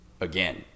again